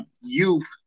youth